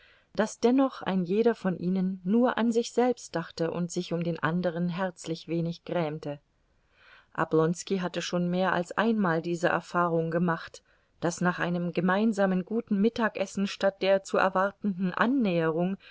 daß dennoch ein jeder von ihnen nur an sich selbst dachte und sich um den anderen herzlich wenig grämte oblonski hatte schon mehr als einmal diese erfahrung gemacht daß nach einem gemeinsamen guten mittagessen statt der zu erwartenden annäherung